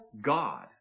god